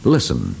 Listen